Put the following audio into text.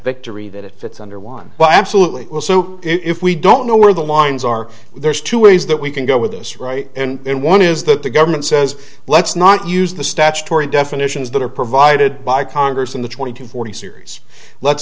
victory that it fits under one but i absolutely will so if we don't know where the lines are there's two ways that we can go with this right and one is that the government says let's not use the statutory definitions that are provided by congress in the twenty to forty series let's